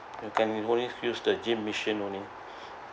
you can only use the gym machine only